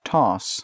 Toss